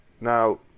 Now